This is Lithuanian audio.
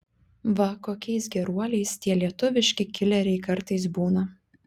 va kokiais geruoliais tie lietuviški kileriai kartais būna